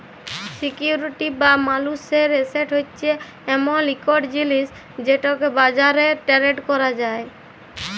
security বা মালুসের asset হছে এমল ইকট জিলিস যেটকে বাজারে টেরেড ক্যরা যায়